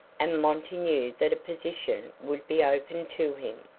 and monty knew that a position would be open to him.